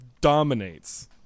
dominates